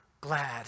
glad